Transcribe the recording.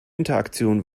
interaktion